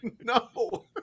no